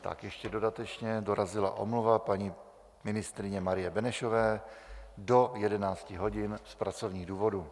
Tak ještě dodatečně dorazila omluva paní ministryně Marie Benešové do 11 hodin z pracovních důvodů.